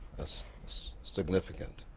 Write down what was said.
that's significant.